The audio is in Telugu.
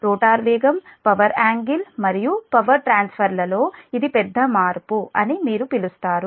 రోటర్ వేగం పవర్ యాంగిల్ మరియు పవర్ ట్రాన్స్ఫర్ల లో ఇది పెద్ద మార్పు అని మీరు పిలుస్తారు